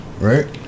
Right